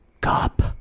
Cop